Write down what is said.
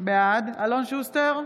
בעד אלון שוסטר,